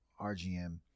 RGM